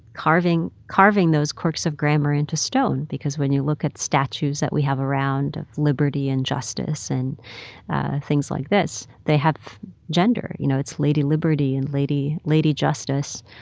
carving carving those quirks of grammar into stone because when you look at statues statues that we have around of liberty and justice and things like this they have gender. you know, it's lady liberty and lady lady justice.